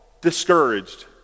discouraged